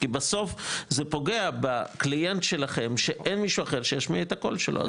כי בסוף זה פוגע בקליינט שלכם שאין מישהו אחר שישמיע את הקול שלו.